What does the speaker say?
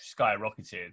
skyrocketed